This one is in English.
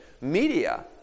Media